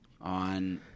on